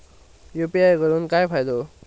UPI करून काय फायदो?